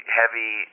heavy